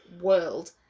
world